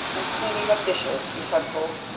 and cleaning of dishes, utensils,